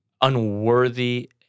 unworthy